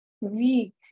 week